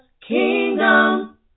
Kingdom